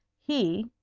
he,